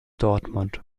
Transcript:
dortmund